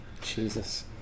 Jesus